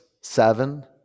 seven